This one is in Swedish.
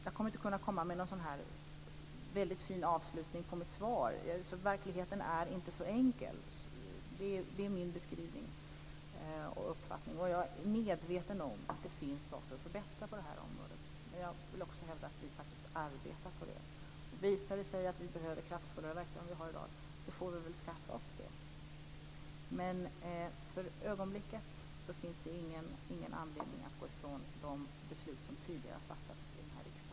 Jag kommer inte att kunna komma med en väldigt fin avslutning på mitt svar, eftersom verkligheten inte är så enkel. Det är min beskrivning och uppfattning. Jag är medveten om att det finns saker att förbättra på det här området. Men jag vill hävda att vi arbetar på detta. Visar det sig att vi behöver ett kraftfullare verktyg än vad vi har i dag får vi väl skaffa oss det. Men för ögonblicket finns det ingen anledning att gå ifrån de beslut som tidigare fattats av riksdagen i denna fråga.